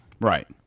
Right